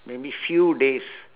maybe few days